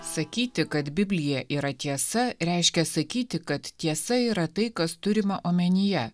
sakyti kad biblija yra tiesa reiškia sakyti kad tiesa yra tai kas turima omenyje